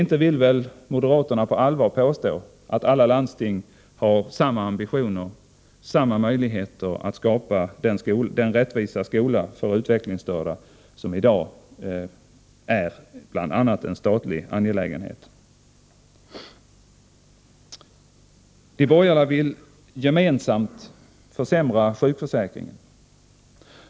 Inte vill väl moderaterna på allvar påstå att alla landsting har samma ambitioner, samma möjligheter att skapa den rättvisa skola för utvecklingsstörda som i dag är bl.a. en statlig angelägenhet. De borgerliga vill gemensamt försämra sjukförsäkringen.